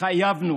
התחייבנו